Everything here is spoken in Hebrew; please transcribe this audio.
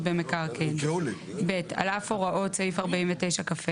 זכות במקרקעין."; (ב)על אף הוראות סעיף 49כה,